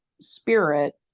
spirit